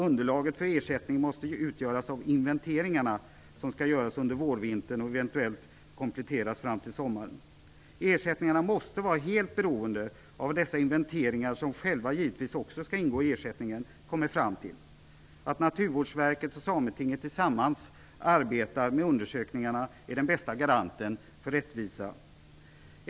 Underlaget för ersättningen måste ju utgöras av inventeringarna som skall göras under vårvintern och av eventuella kompletteringar fram till sommaren. Ersättningen måste vara helt beroende av vad man vid dessa inventeringar, som givetvis också skall ingå i ersättningen, kommer fram till. Att Naturvårdsverket och Sametinget tillsammans arbetar med undersökningarna är den bästa garanten för rättvisa.